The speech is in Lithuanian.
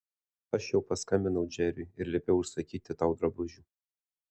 aš jau paskambinau džeriui ir liepiau užsakyti tau drabužių